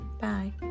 bye